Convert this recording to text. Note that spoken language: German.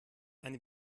eine